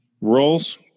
roles